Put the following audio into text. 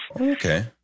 Okay